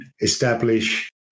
establish